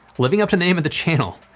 living up to the name of the channel,